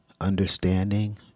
understanding